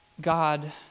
God